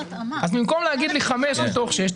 במקום להגיד לי חמש מתוך שש,